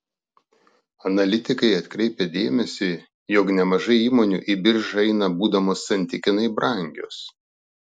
analitikai atkreipia dėmesį jog nemažai įmonių į biržą eina būdamos santykinai brangios